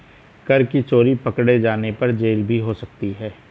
कर की चोरी पकडे़ जाने पर जेल भी हो सकती है